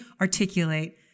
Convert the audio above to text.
articulate